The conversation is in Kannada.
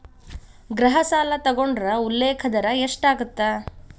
ಗೃಹ ಸಾಲ ತೊಗೊಂಡ್ರ ಉಲ್ಲೇಖ ದರ ಎಷ್ಟಾಗತ್ತ